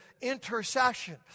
intercession